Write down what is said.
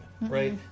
right